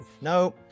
No